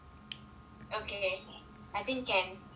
okay I think can